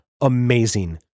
amazing